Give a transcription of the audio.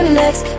next